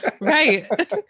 Right